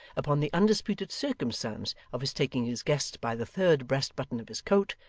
upon the undisputed circumstance of his taking his guest by the third breast button of his coat,